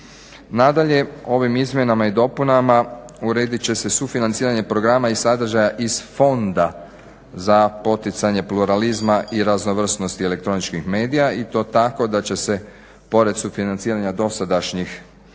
Nadalje, ovim izmjenama i dopunama uredit će se sufinanciranje programa i sadržaja iz Fonda za poticanje pluralizma i raznovrsnosti elektroničkih medija i to tako da će se pored sufinanciranja dosadašnjih